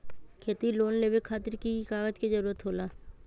खेती लोन लेबे खातिर की की कागजात के जरूरत होला?